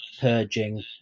purging